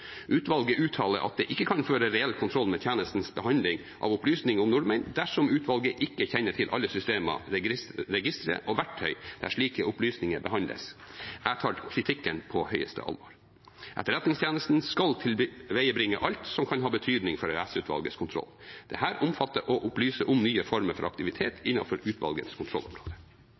Utvalget uttaler at det ikke kan føre reell kontroll med tjenestens behandling av opplysninger om nordmenn dersom ikke utvalget kjenner til alle systemer, registre og verktøy der slike opplysninger behandles. Jeg tar kritikken på høyeste alvor. Etterretningstjenesten skal bringe til veie alt som kan ha betydning for EOS-utvalgets kontroll. Dette omfatter å opplyse om nye former for aktivitet innenfor utvalgets